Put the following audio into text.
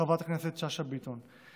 חברת הכנסת שאשא ביטון.